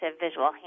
visual